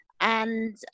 and-